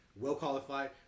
well-qualified